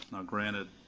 now granted,